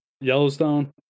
Yellowstone